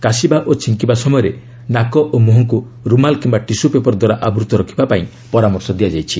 କାଶିବା ଓ ଝିଙ୍କିବା ସମୟରେ ନାକ ଓ ମୁହଁକୁ ରୁମାଲ୍ କିମ୍ବା ଟିସ୍ ପେପର୍ଦ୍ୱାରା ଆବୂତ୍ତ ରଖିବାପାଇଁ ପରାମର୍ଶ ଦିଆଯାଉଛି